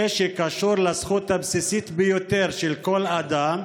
שקשור לזכות הבסיסית ביותר של כל אדם,